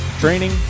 Training